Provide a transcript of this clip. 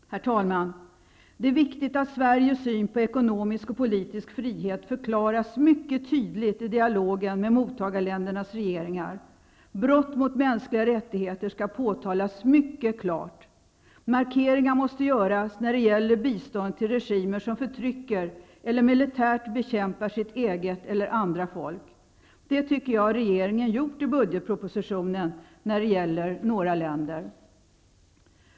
Herr talman! Det är viktigt att Sveriges syn på ekonomisk och politisk frihet förklaras mycket tydligt i dialogen med mottagarländernas regeringar. Brott mot mänskliga rättigheter skall påtalas mycket klart. Markeringar måste göras när det gäller biståndet till regimer som förtrycker eller militärt bekämpar sitt eget eller andra folk. Sådana markeringar tycker jag regeringen har gjort i budgetpropositionen, när det gäller några länder.